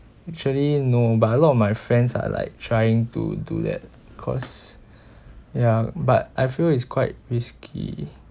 actually no but a lot of my friends are like trying to do that cause ya but I feel it's quite risky